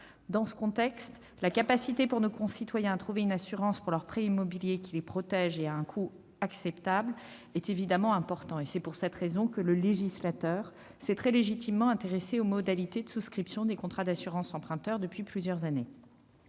Dans ce contexte, la capacité pour nos concitoyens à trouver une assurance pour leur prêt immobilier qui les protège à un coût acceptable est évidemment importante. C'est la raison pour laquelle le législateur s'est très légitimement intéressé aux modalités de souscription des contrats d'assurance emprunteur depuis plusieurs années.